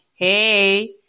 Hey